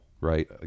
right